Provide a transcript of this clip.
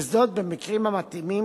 וזאת במקרים המתאימים,